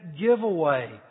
giveaway